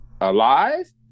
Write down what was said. alive